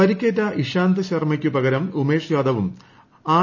പരിക്കേറ്റ ഇഷാന്ത് ശർമ്മ്യ്ക്കു ്പക്രം ഉമേഷ് യാദവും ആർ